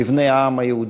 בבני העם היהודי.